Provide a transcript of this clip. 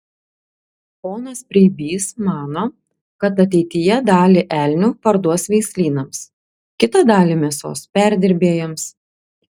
ponas preibys mano kad ateityje dalį elnių parduos veislynams kitą dalį mėsos perdirbėjams